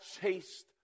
chased